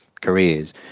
careers